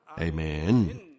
Amen